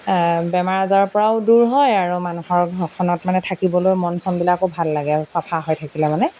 বেমাৰ আজাৰৰ পৰাও দূৰ হয় আৰু মানুহৰ ঘৰখনত মানে থাকিবলৈ মন চনবিলাকো ভাল লাগে চাফা হৈ থাকিলে মানে